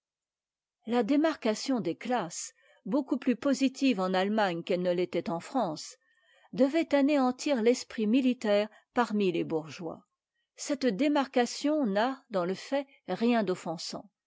la démarcation des classes beaucoup plus positive en allemagne qu'elle ne l'était en france devait anéantir l'esprit militaire parmi les bourgeois cette démarcation n'a dans le fait rien d'offensant